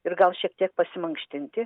ir gal šiek tiek pasimankštinti